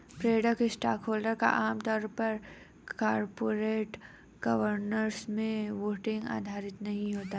preferred stockholder का आम तौर पर कॉरपोरेट गवर्नेंस में वोटिंग अधिकार नहीं होता है